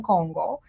Congo